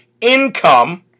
income